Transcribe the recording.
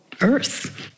Earth